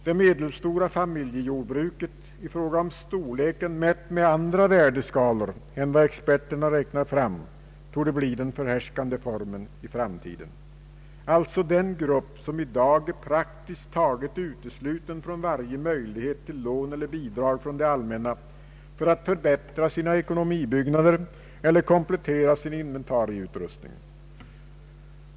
Det medelstora familjejordbruket, i fråga om storleken mätt med andra värdeskalor än vad experterna räknar fram, torde bli den förhärskande formen i framtiden — alltså den grupp som i dag är praktiskt taget utesluten från varje möjlighet till lån eller bidrag från det allmänna för att förbättra sina ekonomibyggnader eller komplettera sin inventarieutrustning.